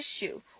issue